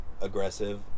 aggressive